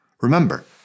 Remember